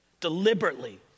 deliberately